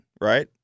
right